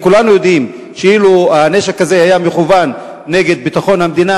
וכולנו יודעים שאילו הנשק הזה היה מכוון נגד ביטחון המדינה